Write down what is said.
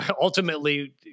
ultimately